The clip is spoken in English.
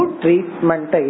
treatment